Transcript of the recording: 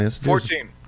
Fourteen